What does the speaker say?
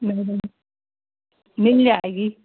नहीं नहीं मिल जाएंगी